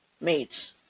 mates